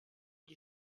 die